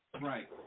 Right